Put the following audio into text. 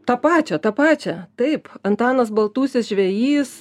tą pačią tą pačią taip antanas baltūsis žvejys